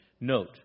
note